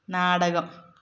നാടകം